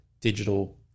digital